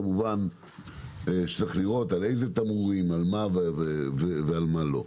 כמובן יש לראות על אילו תמרורים, על מה ועל מה לא.